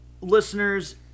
listeners